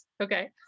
okay